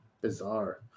bizarre